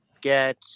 get